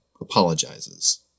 apologizes